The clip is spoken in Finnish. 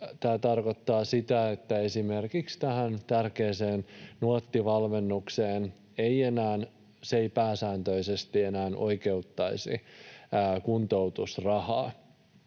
tämä tarkoittaa sitä, että esimerkiksi tämä tärkeä Nuotti-valmennus ei pääsääntöisesti enää oikeuttaisi kuntoutusrahaan.